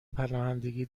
پناهندگی